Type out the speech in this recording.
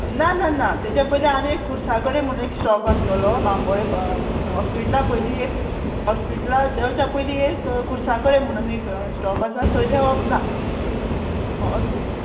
ना ना ना तेज्या पयलीं आनी एक खुर्सा कडेन म्हणोन एक स्टॉप आसतलो बांबोळे हॉस्पिटला पयली एक हॉस्पिटला देंवच्या पयली एक खुर्सा कडेन म्हणून एक स्टॉप आसा थंय देंवप ना